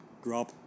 grab